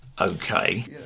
Okay